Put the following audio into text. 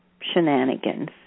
shenanigans